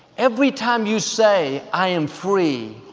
every time you say, i am free,